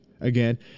Again